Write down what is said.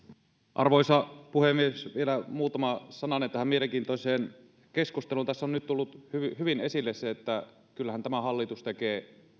arvoisa puhemies vielä muutama sananen tähän mielenkiintoiseen keskusteluun tässä on nyt tullut hyvin hyvin esille se että kyllähän tämä hallitus tekee